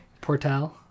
Portal